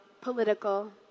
political